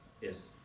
Yes